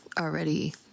already